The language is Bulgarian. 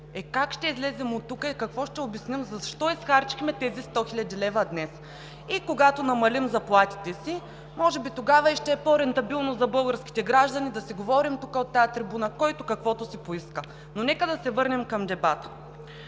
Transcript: как ще излезем оттук и какво ще обясним – защо изхарчихме тези 100 хил. лв. днес?! И когато намалим заплатите си, може би тогава ще е по-рентабилно за българските граждани да си говорим тук, от тази трибуна, който каквото поиска. Но нека да се върнем към дебата.